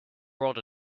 rod